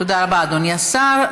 תודה רבה, אדוני השר.